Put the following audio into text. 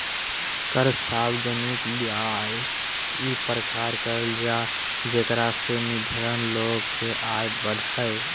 कर सार्वजनिक व्यय इ प्रकार कयल जाय जेकरा से निर्धन लोग के आय बढ़य